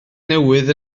newydd